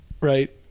right